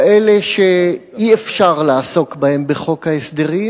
כאלה שאי-אפשר לעסוק בהם בחוק ההסדרים